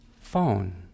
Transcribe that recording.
phone